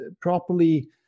properly